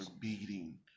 beating